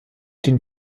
den